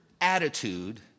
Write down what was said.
attitude